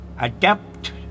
Adapt